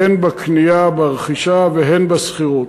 הן בקנייה וברכישה והן בשכירות.